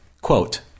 Quote